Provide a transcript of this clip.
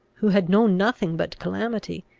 who had known nothing but calamity,